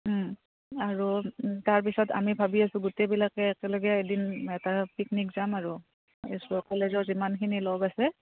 আৰু তাৰপিছত আমি ভাবি আছোঁ গোটেইবিলাকে একেলগে এদিন এটা পিকনিক যাম আৰু কলেজৰ যিমানখিনি লগ আছে